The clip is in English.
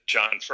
John